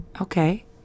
Okay